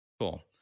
Cool